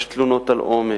יש תלונות על עומס,